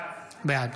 בעד